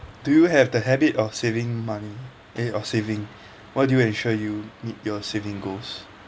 do you have the habit of saving money eh of saving why do you ensure you meet your saving goals